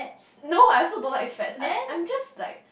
no I also don't like fats I'm I'm just like